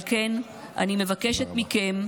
על כן אני מבקשת מכם,